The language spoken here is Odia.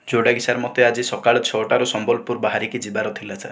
ଯେଉଁଟା କି ସାର୍ ମୋତେ ଆଜି ସକାଳ ଛଅଟାରୁ ସମ୍ବଲପୁର ବାହାରିକି ଯିବାର ଥିଲା ସାର୍